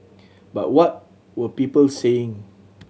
but what were people saying